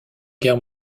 guerre